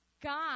God